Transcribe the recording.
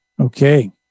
Okay